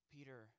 Peter